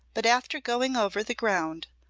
but after going over the ground,